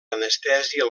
anestèsia